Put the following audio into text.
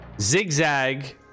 zigzag